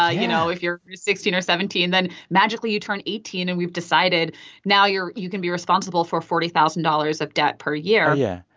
ah you know, if you're sixteen or seventeen. then magically you turn eighteen, and we've decided now you're you can be responsible for forty thousand dollars of debt per year oh, yeah.